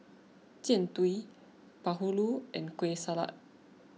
Jian Dui Bahulu and Kueh Salat